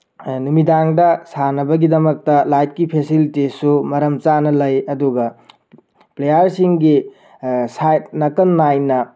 ꯅꯨꯃꯤꯗꯥꯡꯗ ꯁꯥꯟꯅꯕꯒꯤꯗꯃꯛꯇ ꯂꯥꯏꯠꯀꯤ ꯐꯦꯁꯤꯂꯤꯇꯤꯁꯨ ꯃꯔꯝ ꯆꯥꯅ ꯂꯩ ꯑꯗꯨꯒ ꯄ꯭ꯂꯦꯌꯥꯔꯁꯤꯡꯒꯤ ꯁꯥꯏꯠ ꯅꯤꯀꯟ ꯅꯥꯏꯅ